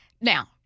now